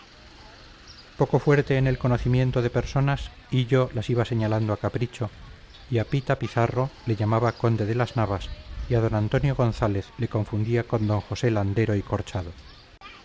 poco fuerte en el conocimiento de personas hillo las iba señalando a capricho y a pita pizarro le llamaba conde de las navas y a d antonio gonzález le confundía con d josé landero y corchado